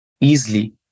easily